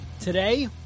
today